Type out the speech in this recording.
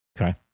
Okay